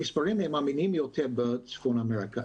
המספרים הם אמינים יותר בצפון אמריקה,